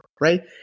right